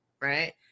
Right